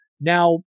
Now